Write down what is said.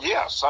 Yes